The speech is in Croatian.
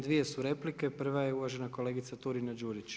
Dvije su replike, prva je uvažena kolegica Turina-Đurić.